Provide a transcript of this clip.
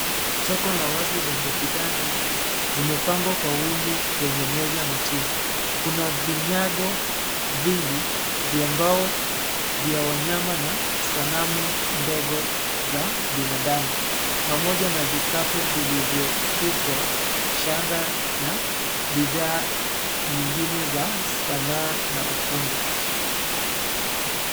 Soko la wazi lenye bidhaa mingi zimepangwa kwa wingi kwenye meza na chini. Kuna vinyago vingi vya mbao vya wanyama na sanamu ndogo za binadamu pamoja na vikapu vilivyosukwa shanga na bidhaa nyingine za sanaa na ufundi .